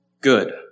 good